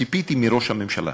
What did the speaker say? ציפיתי מראש הממשלה,